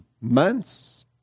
months